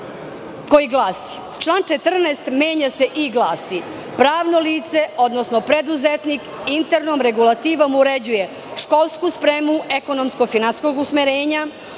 koji glasi: "Član 14. menja se i glasi – Pravno lice, odnosno preduzetnik internom regulativom uređuje školsku spremu ekonomsko-finansijskog usmerenja,